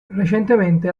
recentemente